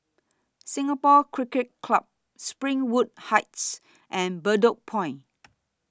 Singapore Cricket Club Springwood Heights and Bedok Point